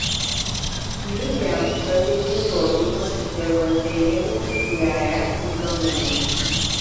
nukem pateikė įrodymus dėl konteinerių iae tinkamumo